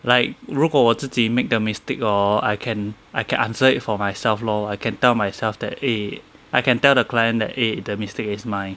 like 如果我自己 make the mistake hor I can I can answer it for myself lor I can tell myself that eh I can tell the client that eh the mistake is mine